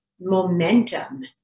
momentum